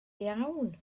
iawn